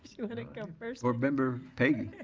you wanna go first? board member peggy.